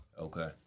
Okay